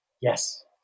Yes